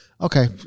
Okay